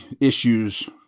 issues